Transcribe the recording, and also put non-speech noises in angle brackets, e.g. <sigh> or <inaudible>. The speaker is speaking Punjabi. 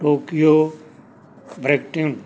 ਟੋਕੀਓ <unintelligible>